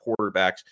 quarterbacks